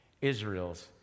Israel's